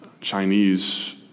Chinese